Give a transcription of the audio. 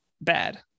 bad